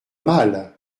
mal